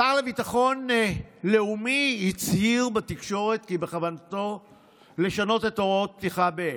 השר לביטחון לאומי הצהיר בתקשורת כי בכוונתו לשנות את הוראות פתיחה באש.